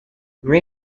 grin